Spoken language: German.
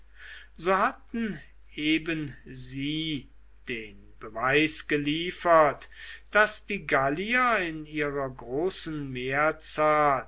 so hatten eben sie den beweis geliefert daß die gallier in ihrer großen mehrzahl